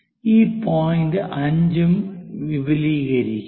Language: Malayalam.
ഈ പോയിന്റ് 5 ഉം വിപുലീകരിക്കുക